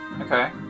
Okay